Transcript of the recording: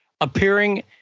appearing